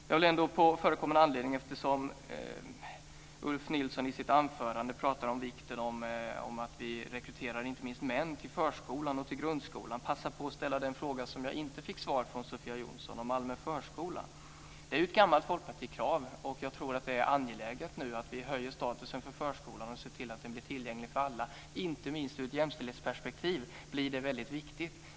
Jag vill ändå på förekommen anledning, eftersom Ulf Nilsson i sitt anförande talade om vikten av att vi rekryterar inte minst män till förskolan och till grundskolan, passa på att ställa den fråga som jag inte fick svar på från Sofia Jonsson om allmän förskola. Det är ju ett gammalt folkpartikrav, och jag tror att det nu är angeläget att vi höjer statusen för förskolan och ser till att den blir tillgänglig för alla. Inte minst ur ett jämställdhetsperspektiv blir det väldigt viktigt.